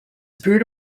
superior